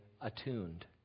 attuned